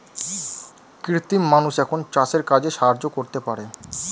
কৃত্রিম মানুষ এখন চাষের কাজে সাহায্য করতে পারে